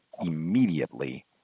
immediately